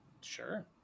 Sure